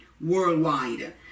worldwide